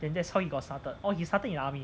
and that's how you got started oh he started in army